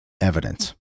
evidence